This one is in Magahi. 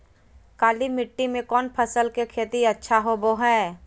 काली मिट्टी में कौन फसल के खेती अच्छा होबो है?